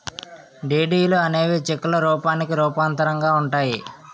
డీడీలు అనేవి చెక్కుల రూపానికి రూపాంతరంగా ఉంటాయి